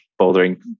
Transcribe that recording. bouldering